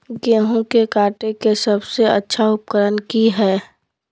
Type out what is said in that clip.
गेहूं के काटे के लिए सबसे अच्छा उकरन की है?